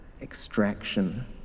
extraction